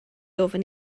ofyn